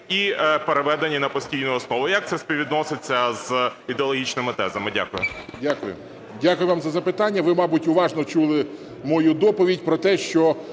і переведені на постійну основу. І як це співвідноситься з ідеологічними тезами? Дякую. 13:02:09 СТЕФАНЧУК Р.О. Дякую вам за запитання. Ви, мабуть, уважно чули мою доповідь про те, що